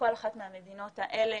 בכל אחת מהמדינות האלה